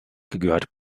gehört